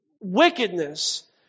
wickedness